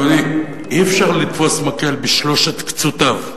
אדוני, אי-אפשר לתפוס מקל בשלושת קצותיו,